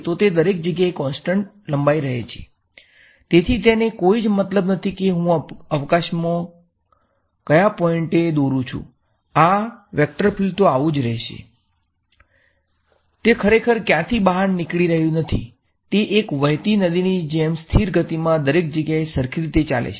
તેથી તે ખરેખર ક્યાંયથી બહાર નીકળી રહ્યું નથી તે એક વહેતી નદીની જેમ સ્થિર ગતિમાં દરેક જગ્યાએ સરખી રીતે ચાલે છે